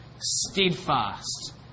steadfast